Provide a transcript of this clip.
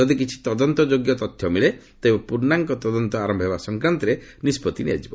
ଯଦି କିଛି ତଦନ୍ତଯୋଗ୍ୟ ତଥ୍ୟ ମିଳେ ତେବେ ପୂର୍୍ଣାଙ୍ଗ ତଦନ୍ତ ଆରମ୍ଭ ହେବା ସଂକ୍ରାନ୍ତରେ ନିଷ୍ପଭି ନିଆଯିବ